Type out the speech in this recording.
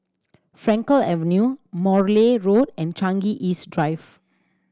Frankel Avenue Morley Road and Changi East Drive